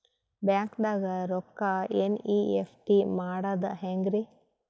ಬ್ಯಾಂಕ್ದಾಗ ರೊಕ್ಕ ಎನ್.ಇ.ಎಫ್.ಟಿ ಮಾಡದ ಹೆಂಗ್ರಿ?